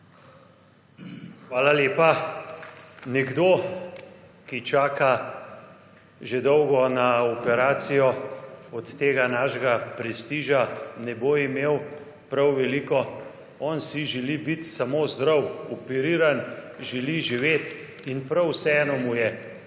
Hvala lepa. Nekdo, ki čaka že dolgo na operacijo, od tega našega prestiža ne bo imel prav veliko. On si želi biti samo zdrav, operiran, želi živeti in prav vseeno mu je,